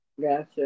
Gotcha